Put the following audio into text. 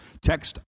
Text